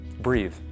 Breathe